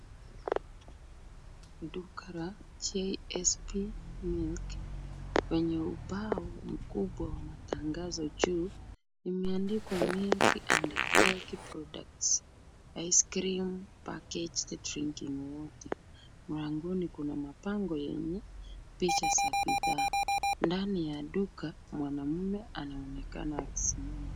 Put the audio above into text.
Duka la GSP Milk, kwenye ubao mkubwa wa matangazo juu, imeandikwa milk and milk products, ice cream, packaged drinking water . Mlangoni kuna mabango yenye picha za bidhaa. Ndani ya duka mwanaume anaonekana akisimama.